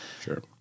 Sure